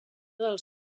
dels